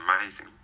amazing